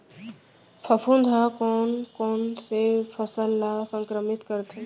फफूंद ह कोन कोन से फसल ल संक्रमित करथे?